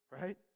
Right